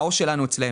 ההון שלנו אצלם.